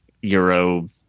Euro